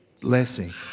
blessing